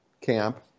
camp